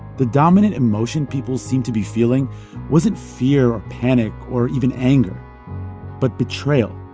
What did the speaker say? the dominant emotion people seemed to be feeling wasn't fear or panic or even anger but betrayal